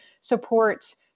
support